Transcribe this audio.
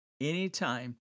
anytime